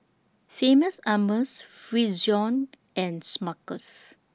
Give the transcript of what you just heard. Famous Amos Frixion and Smuckers